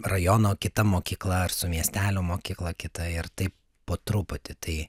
rajono kita mokykla ar su miestelio mokykla kita ir taip po truputį tai